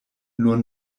nur